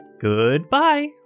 Goodbye